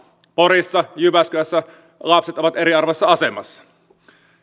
porissa ja jyväskylässä lapset ovat eriarvoisessa asemassa